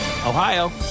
Ohio